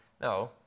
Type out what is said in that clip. No